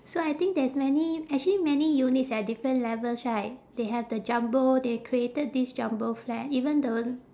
so I think there's many actually many units at different levels right they have the jumbo they created this jumbo flat even the one